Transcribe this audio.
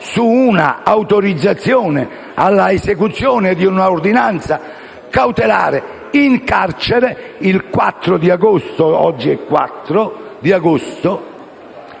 su un'autorizzazione all'esecuzione di un'ordinanza cautelare in carcere, oggi, il 4 agosto,